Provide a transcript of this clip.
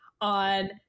on